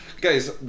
guys